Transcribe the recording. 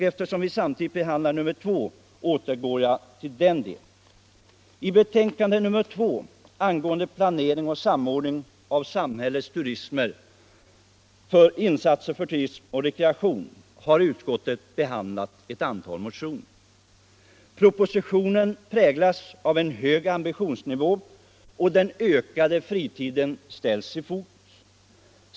Eftersom vi samtidigt debatterar civilutskottets betänkande nr 2 övergår jag nu till att säga något om detta. I betänkandet nr 2 angående planering och samordning av samhällets insatser för rekreation och turism har utskottet behandlat dels proposition nr 46, dels ett antal motioner. Propositionen präglas av en hög ambitionsnivå, och den ökade fritiden ställs i fokus.